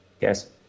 yes